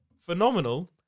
phenomenal